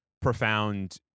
profound